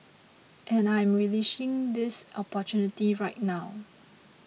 and I am relishing this opportunity right now